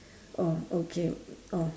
oh okay oh